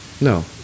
No